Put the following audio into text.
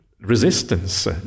resistance